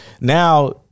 Now